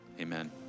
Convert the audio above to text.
amen